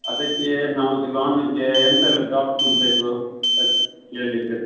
ಅದಕ್ಕೇ ನಮಗೆ ಲೋನಗೇ ಎಂಥೆಲ್ಲ ಡಾಕ್ಯುಮೆಂಟ್ ಬೇಕು ಕೇಳಿಕ್ಕೆ